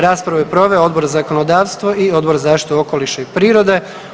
Raspravu je proveo Odbor za zakonodavstvo i Odbor za zaštitu okoliša i prirode.